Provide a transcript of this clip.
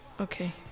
Okay